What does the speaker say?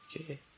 Okay